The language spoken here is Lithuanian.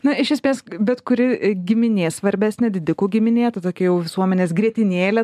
na iš esmės bet kuri giminė svarbesnė didikų giminė ta tokia jau visuomenės grietinėlė